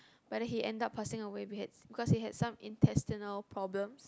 but he ended up passing away we had because he had some intestinal problem